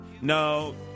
No